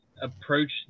Approach